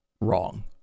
wrong